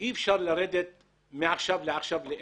אי אפשר לרדת מעכשיו לעכשיו לאפס.